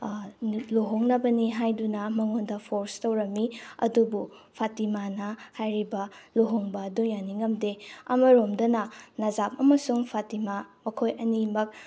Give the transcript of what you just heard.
ꯂꯨꯍꯣꯡꯅꯕꯅꯤ ꯍꯥꯏꯗꯨꯅ ꯃꯉꯣꯟꯗ ꯐꯣꯔꯁ ꯇꯧꯔꯝꯃꯤ ꯑꯗꯨꯕꯨ ꯐꯇꯤꯃꯥꯅ ꯍꯥꯏꯔꯤꯕ ꯂꯨꯍꯣꯡꯕ ꯑꯗꯨ ꯌꯥꯅꯤꯡꯉꯝꯗꯦ ꯑꯃꯔꯣꯝꯗꯅ ꯅꯖꯥꯞ ꯑꯃꯁꯨꯡ ꯐꯇꯤꯃꯥ ꯃꯈꯣꯏ ꯑꯅꯤꯃꯛ